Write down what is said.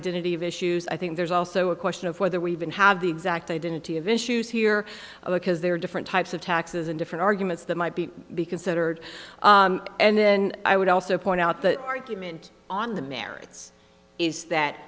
choose i think there's also a question of whether we even have the exact identity of issues here because there are different types of taxes and different arguments that might be be considered and then i would also point out the argument on the merits is that